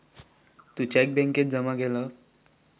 तू cheque बॅन्केत जमा केलं?